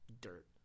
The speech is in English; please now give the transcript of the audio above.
dirt